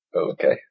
Okay